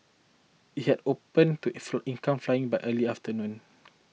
it had opened to income flying by early afternoon